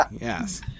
Yes